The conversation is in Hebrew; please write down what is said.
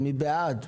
מי בעד?